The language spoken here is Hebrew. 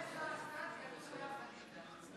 אחרי סאלח סעד כתוב לאה פדידה.